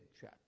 check